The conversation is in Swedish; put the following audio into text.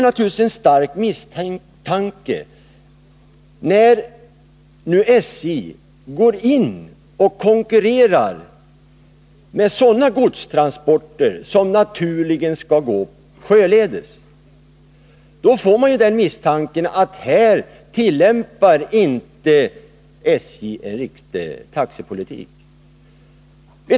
När så SJ nu börjar konkurrera med sådana godstransporter som naturligen skall gå sjöledes, får man lätt den misstanken att SJ här inte för en riktig taxepolitik.